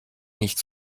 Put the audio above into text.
nicht